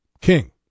king